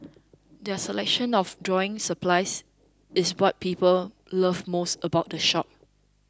their selection of drawing supplies is what people love most about the shop